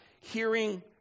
hearing